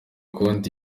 konti